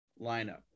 lineup